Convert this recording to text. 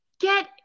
get